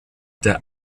der